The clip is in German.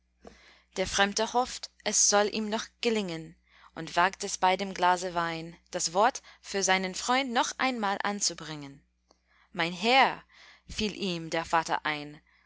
der fremde hofft es soll ihm noch gelingen und wagt es bei dem glase wein das wort für seinen freund noch einmal anzubringen mein herr fiel ihm der vater ein